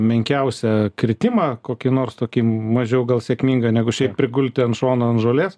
menkiausią kritimą kokį nors tokį mažiau gal sėkmingą negu šiaip prigulti ant šono ant žolės